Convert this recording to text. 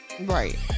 Right